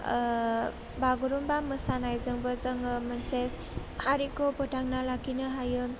ओह बागुरुम्बा मोसानायजोंबो जोङो मोनसे हारिखौ फोथांना लाखिनो हायो